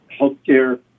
healthcare